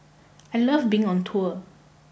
I love being on tour